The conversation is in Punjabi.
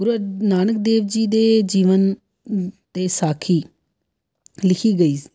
ਗੁਰੂ ਅਰ ਨਾਨਕ ਦੇਵ ਜੀ ਦੇ ਜੀਵਨ 'ਤੇ ਸਾਖੀ ਲਿਖੀ ਗਈ